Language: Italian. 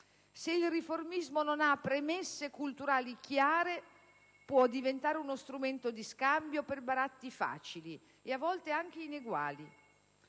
Se il riformismo non ha premesse culturali chiare, può diventare uno strumento di scambio per baratti facili, e a volte anche ineguali.